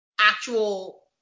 actual